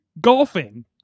golfing